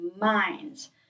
minds